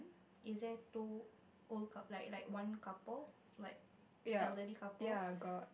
is there two old cou~ like like one couple like elderly couple